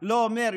לא אומר,